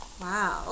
Wow